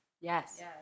Yes